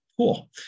Cool